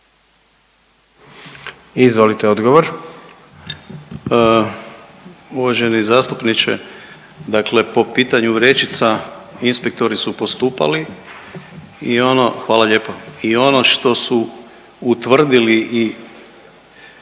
Andrija (HDZ)** Uvaženi zastupniče, dakle po pitanju vrećica inspektori su postupali, hvala lijepa i ono što su utvrdili i